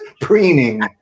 preening